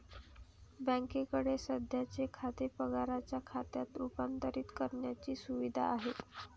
बँकेकडे सध्याचे खाते पगाराच्या खात्यात रूपांतरित करण्याची सुविधा आहे